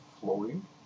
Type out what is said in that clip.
flowing